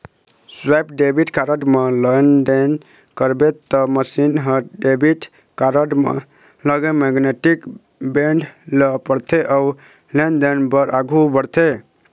swipe debit card म लेनदेन करबे त मसीन ह डेबिट कारड म लगे मेगनेटिक बेंड ल पड़थे अउ लेनदेन बर आघू बढ़थे